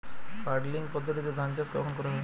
Puddling পদ্ধতিতে ধান চাষ কখন করা হয়?